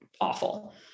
awful